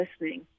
listening